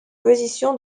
position